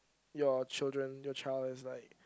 your children your child is like